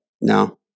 no